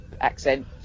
accent